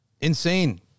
Insane